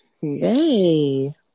Yay